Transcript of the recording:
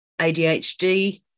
ADHD